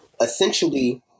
essentially